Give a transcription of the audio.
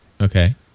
okay